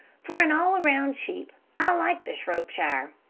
for an all-around sheep i like the shropshire.